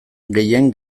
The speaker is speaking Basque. gehien